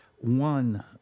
one